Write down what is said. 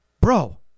bro